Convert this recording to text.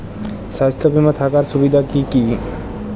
স্বাস্থ্য বিমা থাকার সুবিধা কী কী?